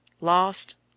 Lost